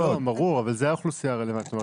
ברור, אבל זוהי האוכלוסייה הרלוונטית.